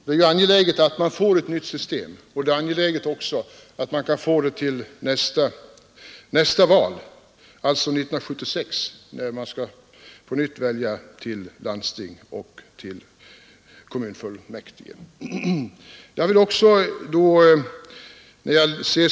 Det är angeläget att vi får ett nytt system, och det är också angeläget att vi får det till nästa val, alltså 1976, då ledamöter av landsting och kommunfullmäktige på nytt skall väljas.